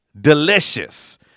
delicious